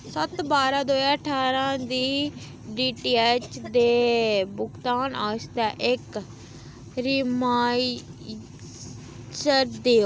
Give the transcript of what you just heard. सत्त्त बारां दो ज्हार ठारां दी डी टी ऐच्च दे भुगतान आस्तै इक रिमाइ देओ